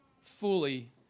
fully